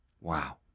Wow